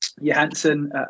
Johansson